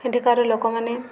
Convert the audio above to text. ଏଠିକାର ଲୋକମାନେ